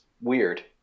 weird